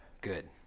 Good